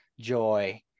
joy